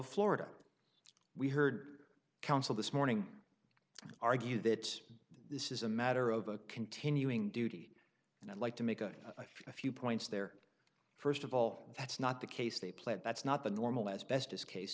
florida we heard counsel this morning argue that this is a matter of a continuing duty and i'd like to make a few points there first of all that's not the case they played that's not the normal as best as case